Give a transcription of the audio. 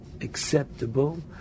acceptable